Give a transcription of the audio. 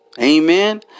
Amen